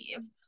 leave